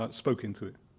ah spoke into it.